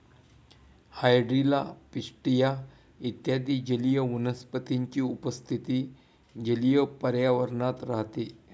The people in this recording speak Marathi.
हायड्रिला, पिस्टिया इत्यादी जलीय वनस्पतींची उपस्थिती जलीय पर्यावरणात राहते